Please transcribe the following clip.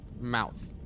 mouth